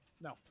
No